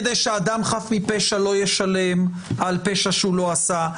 כדי שאדם חף מפשע לא ישלם על פשע שהוא לא עשה.